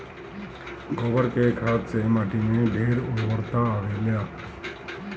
गोबर के खाद से माटी में ढेर उर्वरता आवेला